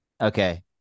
okay